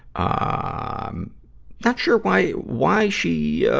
ah um not sure why, why she, ah,